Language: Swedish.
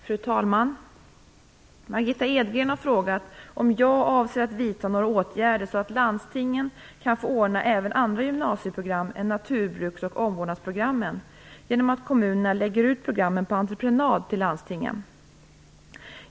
Fru talman! Margitta Edgren har frågat mig om jag avser att vidta några åtgärder så att landstingen kan få ordna även andra gymnasieprogram än naturbruks och omvårdnadsprogrammen genom att kommunerna lägger ut programmen på entreprenad till landstingen.